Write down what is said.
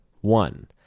One